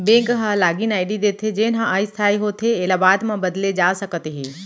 bank ह लागिन ID देथे जेन ह अस्थाई होथे एला बाद म बदले जा सकत हे